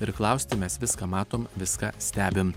ir klausti mes viską matom viską stebim